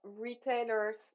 retailers